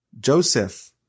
Joseph